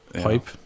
pipe